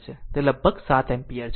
તે લગભગ 7 એમ્પીયર છે